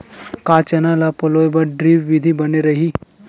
का चना ल पलोय बर ड्रिप विधी बने रही?